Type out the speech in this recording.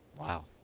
Wow